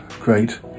great